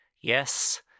Yes